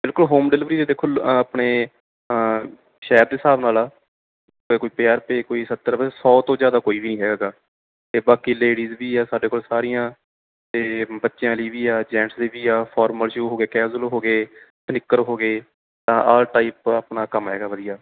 ਸਾਡੇ ਕੋਲ home delivery ਦੇ ਦੇਖੋ ਆਪਣੇ ਸ਼ਹਿਰ ਦੇ ਹਿਸਾਬ ਨਾਲ ਆ ਕੋਈ ਪੰਜਾਹ ਰੁਪਏ ਕੋਈ ਸੱਤਰ ਰੁਪਏ ਸੌ ਤੋਂ ਜ਼ਿਆਦਾ ਕੋਈ ਵੀ ਹੈਗਾ ਅਤੇ ਬਾਕੀ ਲੇਡੀਜ ਵੀ ਆ ਸਾਡੇ ਕੋਲ ਸਾਰੀਆਂ ਅਤੇ ਬੱਚਿਆਂ ਲਈ ਵੀ ਆ ਜੈਂਟਸ ਲਈ ਵੀ ਆ ਫਾਰਮਰ ਜੋ ਹੋ ਗਏ ਕੈਜ਼ੁਅਲ ਹੋ ਗਏ ਕਨਿਕਰ ਹੋ ਗਏ ਤਾਂ ਆਲ ਟਾਈਪ ਆਪਣਾ ਕੰਮ ਹੈਗਾ ਵਧੀਆ